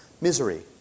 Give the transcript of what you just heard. misery